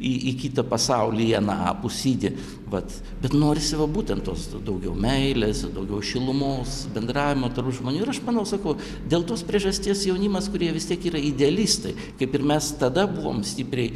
į į kitą pasaulį į anapusidį vat bet norisi va būtent tos daugiau meilės daugiau šilumos bendravimo tarp žmonių ir aš manau sakau dėl tos priežasties jaunimas kurie vis tiek yra idealistai kaip ir mes tada buvom stipriai